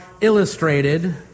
illustrated